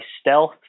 stealth